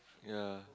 ya